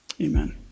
amen